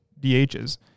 dhs